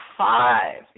five